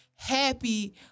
happy